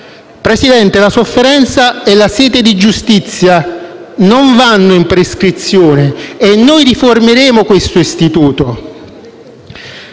Presidente, la sofferenza e la sete di giustizia non vanno in prescrizione e noi riformeremo questo istituto.